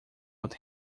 out